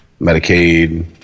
Medicaid